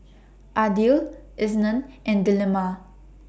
Aidil Isnin and Delima